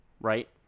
right